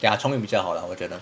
ya chong yun 比较好 lah 我觉得